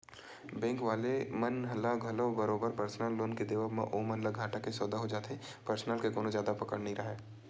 bank वाले मन ल घलो बरोबर परसनल लोन के देवब म ओमन ल घाटा के सौदा हो जाथे परसनल के कोनो जादा पकड़ राहय नइ